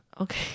Okay